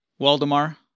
Waldemar